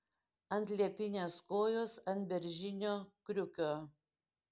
ant liepinės kojos ant beržinio kriukio